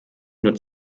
nur